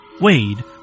Wade